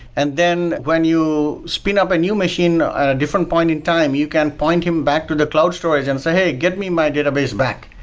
and then when you spin up a new machine at a different point in time, you can point him back to the cloud storage and say, hey, get me my database back.